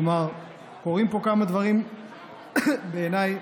כלומר קורים פה כמה דברים משמעותיים מאוד בעיניי,